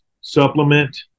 supplement